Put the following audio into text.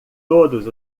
todos